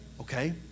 Okay